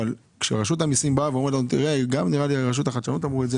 אבל כאשר רשות המיסים באה ואומרת גם רשות החדשנות אמרה את זה